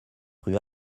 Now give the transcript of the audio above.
rue